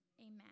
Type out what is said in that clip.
Amen